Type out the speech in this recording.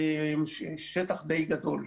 זה שטח די גדול.